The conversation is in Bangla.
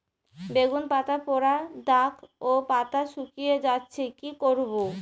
বেগুন পাতায় পড়া দাগ ও পাতা শুকিয়ে যাচ্ছে কি করব?